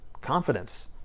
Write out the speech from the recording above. confidence